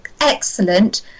excellent